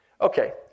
Okay